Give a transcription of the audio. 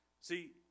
See